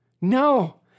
No